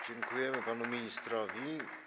Dziękuję panu ministrowi.